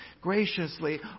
graciously